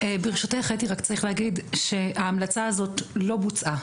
ברשותך רק צריך להגיד שההמלצה הזאת לא בוצעה.